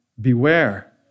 Beware